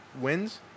wins